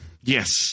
Yes